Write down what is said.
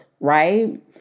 Right